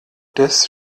des